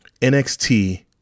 NXT